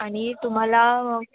आणि तुम्हाला